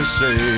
say